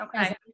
okay